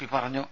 P പറഞ്ഞു